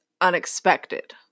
unexpected